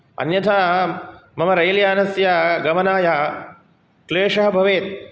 अन्यथा मम रैल्यानस्य गमनाय क्लेशः भवेत्